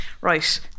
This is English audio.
Right